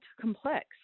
complex